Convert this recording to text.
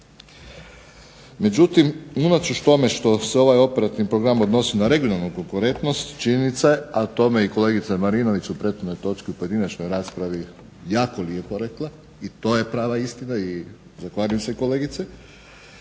Međutim, unatoč tome što se ovaj operativni program odnosi na regionalnu konkurentnost, činjenica je a o tome je i kolegica Marinović u prethodnoj točki u pojedinačnoj raspravi jako lijepo rekla i to je prava istina i zahvaljujem se kolegice,